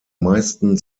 meisten